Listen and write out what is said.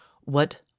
What